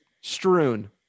strewn